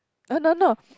err no no